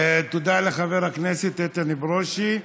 תודה לחבר הכנסת איתן ברושי.